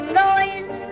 noise